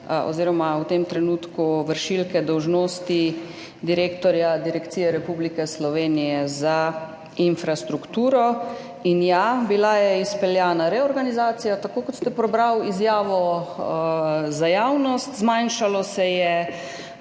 oziroma v tem trenutku vršilke dolžnosti direktorja Direkcije Republike Slovenije za infrastrukturo. In ja, bila je izpeljana reorganizacija, tako kot ste prebrali izjavo za javnost, zmanjšalo se je